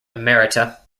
emerita